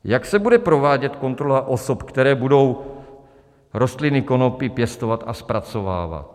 Jak se bude provádět kontrola osob, které budou rostliny konopí pěstovat a zpracovávat?